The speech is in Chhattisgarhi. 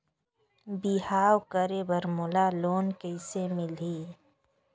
बिहाव करे बर मोला लोन कइसे मिलही?